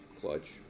clutch